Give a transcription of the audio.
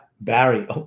Barry